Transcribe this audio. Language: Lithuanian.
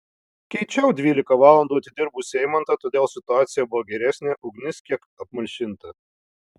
keičiau dvylika valandų atidirbusį eimantą todėl situacija buvo geresnė ugnis kiek apmalšinta